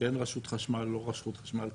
כן רשות חשמל לא רשות חשמל,